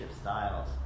styles